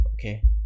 okay